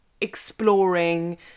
exploring